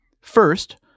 first